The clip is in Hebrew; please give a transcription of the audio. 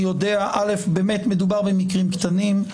מדובר במקרים קטנים.